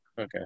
Okay